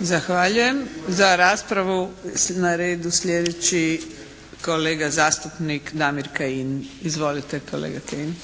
(HNS)** Zahvaljujem. Za raspravu na redu sljedeći kolega zastupnik Damir Kajin. Izvolite kolega Kajin.